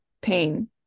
pain